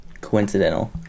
Coincidental